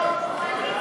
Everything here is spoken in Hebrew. המלצת